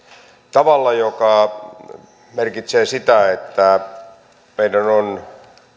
tavalla joka merkitsee sitä että meidän on